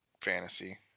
fantasy